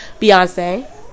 Beyonce